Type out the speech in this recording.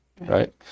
right